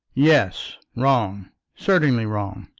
yes wrong certainly wrong.